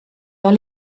dans